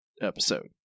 episode